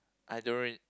I don't really